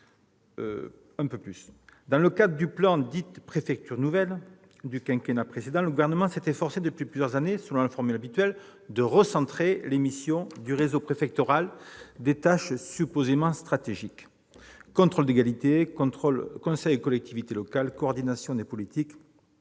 Dans le cadre du plan Préfectures nouvelle génération du quinquennat précédent, le Gouvernement s'est efforcé depuis plusieurs années, selon la formule habituelle, de recentrer les missions du réseau préfectoral sur des tâches supposées stratégiques : contrôle de légalité, conseil aux collectivités locales, coordination des politiques.